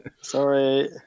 Sorry